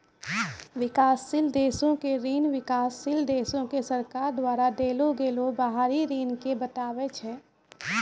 विकासशील देशो के ऋण विकासशील देशो के सरकार द्वारा देलो गेलो बाहरी ऋण के बताबै छै